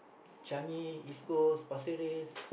Changi East-Coast Pasir-Ris